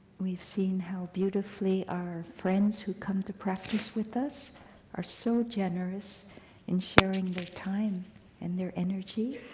we've seen how beautifully our friends who come to practice with us are so generous in sharing their time and their energy.